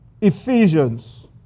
Ephesians